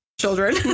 children